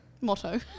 motto